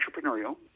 entrepreneurial